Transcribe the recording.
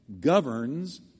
governs